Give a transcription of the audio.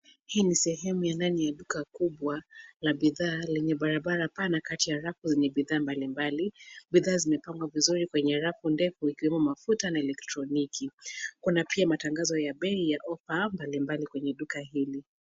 Hii ni sehemu ya ndani ya duka kubwa ya bidhaa yenye barabara na kati ya rafu yenye bidhaa mbalimbali. Bidhaa zimepangwa vizuri kwenye rafu ndefu ikiwemo mafuta na elektroniki. Kuna pia matangazo ya bei ya ofa mbalimbali kwenye duka hili.